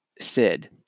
sid